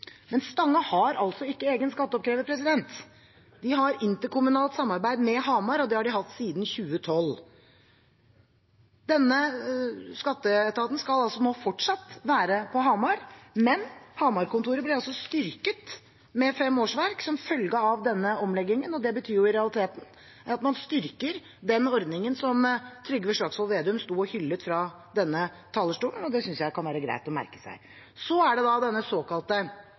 men Stange har altså ikke egen skatteoppkrever. De har interkommunalt samarbeid med Hamar, og det har de hatt siden 2012. Denne skatteetaten skal nå fortsatt være på Hamar, men Hamar-kontoret ble styrket med fem årsverk som følge av omleggingen. Det betyr i realiteten at man styrker den ordningen som Trygve Slagsvold Vedum sto og hyllet fra denne talerstolen, og det synes jeg det kan være greit å merke seg. Så er det denne